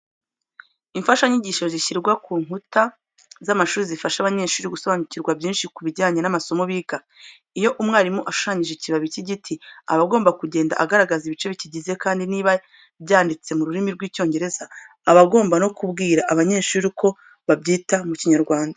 Imfashanyigisho zishyirwa ku nkuta z'amashuri zifasha abanyeshuri gusobanukirwa byinshi ku bijyanye n'amasomo biga. Iyo umwarimu ashushanyije ikibabi cy'igiti, aba agomba kugenda agaragaza ibice bikigize kandi niba byanditse mu rurimi rw'Icyongereza, aba agomba no kubwira abanyeshuri uko babyita mu Kinyarwanda.